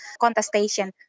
contestation